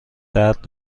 درد